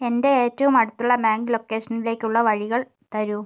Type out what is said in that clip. എൻ്റെ ഏറ്റവും അടുത്തുള്ള ബാങ്ക് ലൊക്കേഷനിലേക്കുള്ള വഴികൾ തരൂ